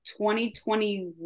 2021